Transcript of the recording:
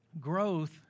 growth